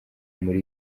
muri